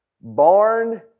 barn